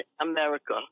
America